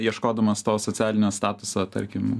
ieškodamas to socialinio statuso tarkim